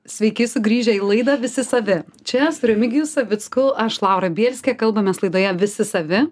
sveiki sugrįžę į laidą visi savi čia su remigiju savicku aš laura bielskė kalbamės laidoje visi savi